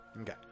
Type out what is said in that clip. Okay